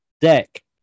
deck